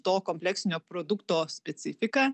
to kompleksinio produkto specifiką